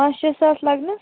پانٛژھ شےٚ ساس لگنس